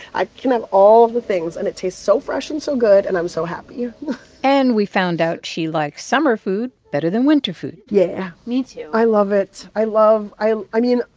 i can have all the things. and it tastes so fresh and so good, and i'm so happy and we found out she likes summer food better than winter food yeah me too i love it. i love i i mean,